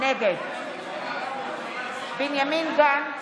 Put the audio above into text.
נגד בנימין גנץ,